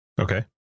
okay